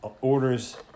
orders